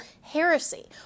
heresy